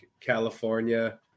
California